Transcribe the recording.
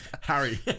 Harry